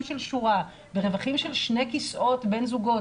של שורה וברווחים של שני כיסאות בין זוגות,